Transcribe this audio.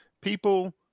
people